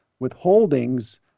withholdings